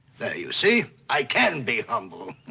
there. you see? i can be humble.